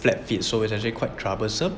flat feet so it's actually quite troublesome